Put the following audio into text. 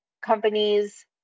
companies